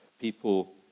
people